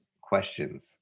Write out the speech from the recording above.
questions